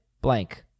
blank